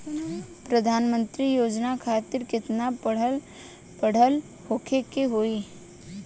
प्रधानमंत्री योजना खातिर केतना पढ़ल होखे के होई?